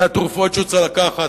מהתרופות שהוא צריך לקחת,